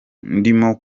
ndimo